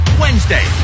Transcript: Wednesday